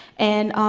and,